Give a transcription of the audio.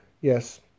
Yes